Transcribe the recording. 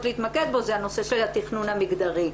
להתמקד בו זה הנושא של התכנון המגדרי.